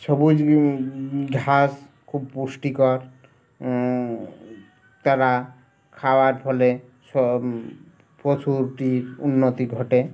সবুজ ঘাস খুব পুষ্টিকর তারা খাওয়ার ফলে স পশুটির উন্নতি ঘটে